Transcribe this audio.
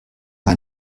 gar